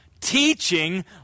teaching